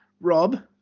Rob